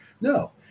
No